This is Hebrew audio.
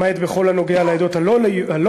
למעט בכל הנוגע לעדות הלא-יהודיות,